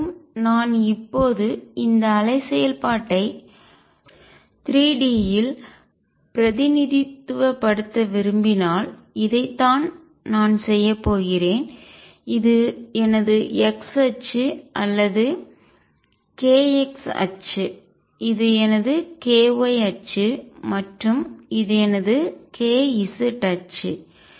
மீண்டும் நான் இப்போது இந்த அலை செயல்பாட்டை 3 D இல் பிரதிநிதித்துவ ப்படுத்த விரும்பினால் இதைத்தான் நான் செய்யப் போகிறேன் இது எனது x அச்சு அல்லது kx அச்சு இது எனது ky அச்சு மற்றும் இது எனது kz அச்சு